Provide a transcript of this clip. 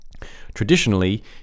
Traditionally